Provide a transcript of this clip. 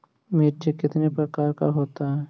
मिर्ची कितने प्रकार का होता है?